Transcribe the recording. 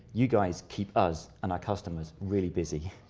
you guys keep us and our customers really busy,